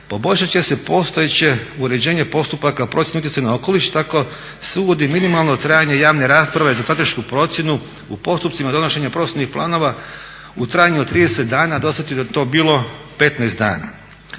poboljšati će se postojeće uređenje postupaka procjene utjecaja na okoliš, tako se uvodi minimalno trajanje javne rasprave za stratešku procjenu u postupcima donošenja prostornih planova u trajanju od 30 dana, do sada je to bilo 15 dana.